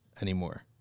anymore